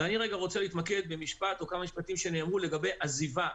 אבל אני רוצה רגע להתמקד בכמה משפטים שנאמרו לגבי עזיבה.